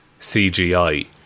CGI